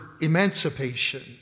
emancipation